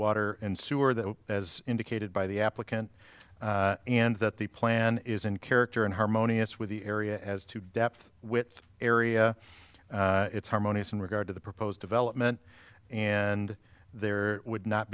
water and sewer that as indicated by the applicant and that the plan is in character and harmonious with the area as to depth with area it's harmonious in regard to the proposed development and there would not